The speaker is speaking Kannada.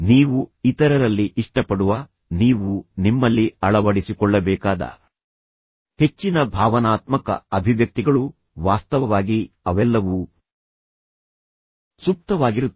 ನೀವು ಇತರರಲ್ಲಿ ಇಷ್ಟಪಡುವ ನೀವು ನಿಮ್ಮಲ್ಲಿ ಅಳವಡಿಸಿಕೊಳ್ಳಬೇಕಾದ ಹೆಚ್ಚಿನ ಭಾವನಾತ್ಮಕ ಅಭಿವ್ಯಕ್ತಿಗಳು ವಾಸ್ತವವಾಗಿ ಅವೆಲ್ಲವೂ ಸುಪ್ತವಾಗಿರುತ್ತವೆ